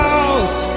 out